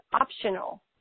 optional